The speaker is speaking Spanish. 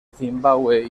zimbabue